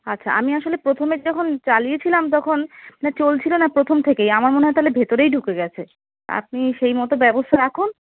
আচ্ছা আমি আসলে প্রথমে যখন চালিয়েছিলাম তখন না চলছিলো না প্রথম থেকেই আমার মনে হয় তাহলে ভেতরেই ঢুকে গেছে আপনি সেই মতো ব্যবস্থা রাখুন